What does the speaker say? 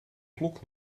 klok